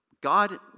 God